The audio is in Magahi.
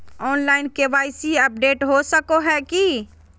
ऑनलाइन के.वाई.सी अपडेट हो सको है की?